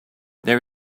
there